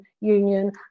Union